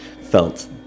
felt